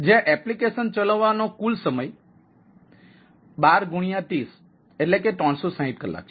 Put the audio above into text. જ્યાં એપ્લિકેશન ચલાવવાનો નો કુલ સમય 12 30 360 કલાક છે